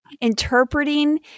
interpreting